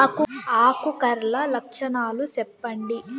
ఆకు కర్ల లక్షణాలు సెప్పండి